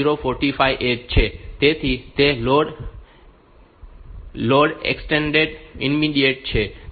તો આ LXI AF045h છે તેથી તે લોડ એક્સટેન્ડેડ ઈમિડિએટ છે